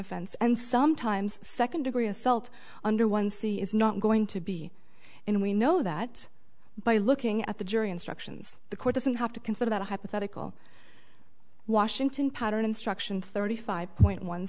offense and sometimes second degree assault under one c is not going to be in we know that by looking at the jury instructions the court doesn't have to consider that hypothetical washington pattern instruction thirty five point one